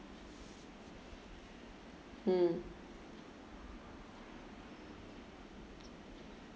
mm